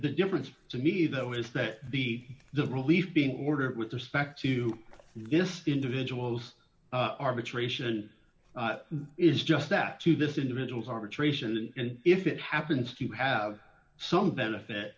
the difference to me though is that b the relief being ordered with respect to this individual's arbitration is just that to this individual's arbitration and if it happens to have some benefit